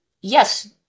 yes